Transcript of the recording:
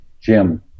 Jim